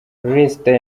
leicester